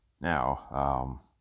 Now